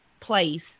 place